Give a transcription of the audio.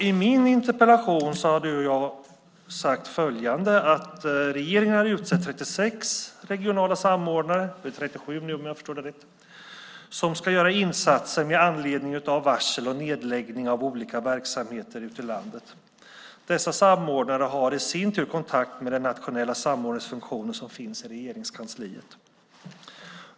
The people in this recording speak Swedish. I min interpellation har jag skrivit följande: "Regeringen har utsett 36 regionala samordnare" - det är 37 nu, om jag förstår det rätt - "som ska göra insatser med anledning av varsel och nedläggning av olika verksamheter ute i landet. Dessa samordnare har i sin tur kontakt med den nationella samordningsfunktion som finns i Regeringskansliet.